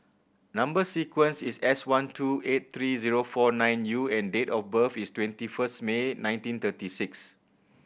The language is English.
number sequence is S one two eight three zero four nine U and date of birth is twenty first May nineteen thirty six